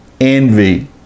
envy